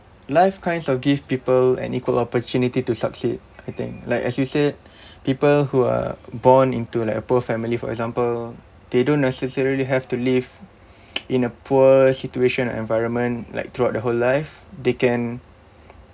life kinds of give people an equal opportunity to succeed I think like as you said people who are born into like a poor family for example they don't necessarily have to live in a poor situation and environment like throughout the whole life they can